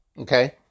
Okay